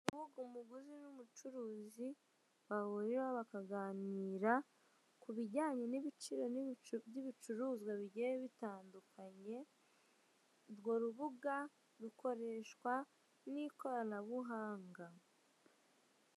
Urubuga umuguzi n'umucuruzi bahuriraho bakaganira ku bijyanye n'ibiciro by'ibicuruzwa bigiye bitandukanye, urwo rubuga rukoreshwa n'ikoranabuhanga.